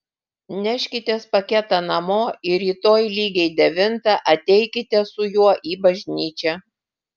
neškitės paketą namo ir rytoj lygiai devintą ateikite su juo į bažnyčią